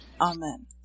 Amen